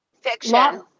Fiction